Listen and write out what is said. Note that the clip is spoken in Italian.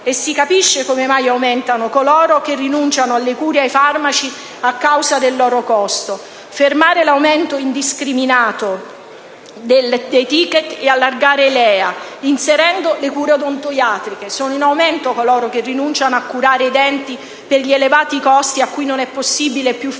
e si capisce come mai aumentino coloro che rinunciano alle cure e ai farmaci a causa del loro costo. Fermare l'aumento indiscriminato dei *ticket* e allargare i LEA, inserendo le cure odontoiatriche: sono in aumento coloro che rinunciano a curare i denti per gli elevati costi cui non è possibile più far